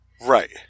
Right